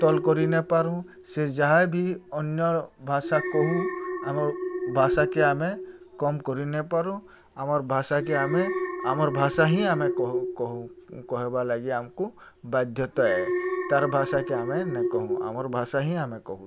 ତଲ୍ କରିନେପାରୁ ସେ ଯାହାବି ଅନ୍ୟ ଭାଷା କହୁ ଆମ ଭାଷାକେ ଆମେ କମ୍ କରିନେପାରୁ ଆମର୍ ଭାଷାକେ ଆମେ ଆମର୍ ଭାଷା ହିଁ ଆମେ କହିବାର୍ ଲାଗି ଆମକୁ ବାଧ୍ୟତାଏ ତା'ର୍ ଭାଷାକେ ଆମେ ନେ କହୁ ଆମର୍ ଭାଷା ହିଁ ଆମେ କହୁ